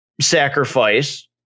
sacrifice